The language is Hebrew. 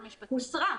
הוסרה.